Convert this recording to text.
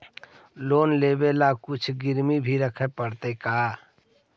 Loan लेबे ल कुछ गिरबी भी रखे पड़तै का?